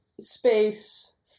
space